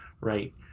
right